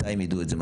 מתי הם ידעו את זה?